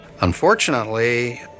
Unfortunately